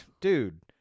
dude